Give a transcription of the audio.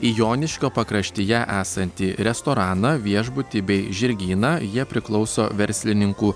į joniškio pakraštyje esantį restoraną viešbutį bei žirgyną jie priklauso verslininkų